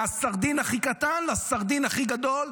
מהסרדין הכי קטן לסרדין הכי גדול,